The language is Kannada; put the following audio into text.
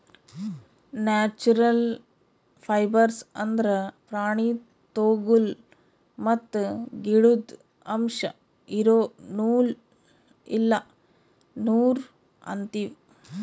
ನ್ಯಾಚ್ಛ್ರಲ್ ಫೈಬರ್ಸ್ ಅಂದ್ರ ಪ್ರಾಣಿ ತೊಗುಲ್ ಮತ್ತ್ ಗಿಡುದ್ ಅಂಶ್ ಇರೋ ನೂಲ್ ಇಲ್ಲ ನಾರ್ ಅಂತೀವಿ